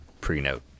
prenote